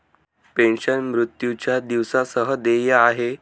pension, मृत्यूच्या दिवसा सह देय आहे